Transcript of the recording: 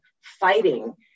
fighting